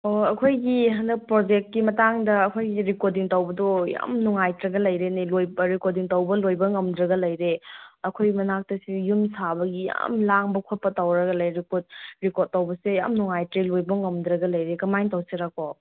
ꯑꯣ ꯑꯩꯈꯣꯏꯒꯤ ꯍꯟꯗꯛ ꯄ꯭ꯔꯣꯖꯦꯛꯀꯤ ꯃꯇꯥꯡꯗ ꯑꯩꯈꯣꯏꯒꯤ ꯔꯤꯀꯣꯔꯗꯤꯡ ꯇꯧꯕꯗꯣ ꯌꯥꯝ ꯅꯨꯉꯥꯏꯇ꯭ꯔꯒ ꯂꯩꯔꯦꯅꯦ ꯔꯤꯀꯣꯔꯗꯤꯡ ꯇꯧꯕ ꯂꯣꯏꯕ ꯉꯝꯗ꯭ꯔꯒ ꯂꯩꯔꯦ ꯑꯩꯈꯣꯏ ꯃꯅꯛꯇꯁꯨ ꯌꯨꯝ ꯁꯥꯕꯒꯤ ꯌꯥꯝ ꯂꯥꯡꯕ ꯈꯣꯠꯄ ꯇꯧꯔꯒ ꯂꯩꯔꯦ ꯔꯤꯀꯣꯗ ꯔꯦꯀꯣꯔꯗ ꯇꯧꯕꯁꯦ ꯌꯥꯝ ꯅꯨꯉꯥꯏꯇ꯭ꯔꯦ ꯂꯣꯏꯕ ꯉꯝꯗ꯭ꯔꯒ ꯂꯩꯔꯦ ꯀꯃꯥꯏꯅ ꯇꯧꯁꯤꯔ ꯀꯣ